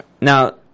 now